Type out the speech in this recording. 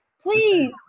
please